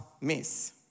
miss